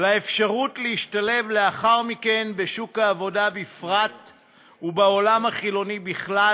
לאפשרות להשתלב לאחר מכן בשוק העבודה בפרט ובעולם החילוני בכלל,